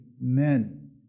men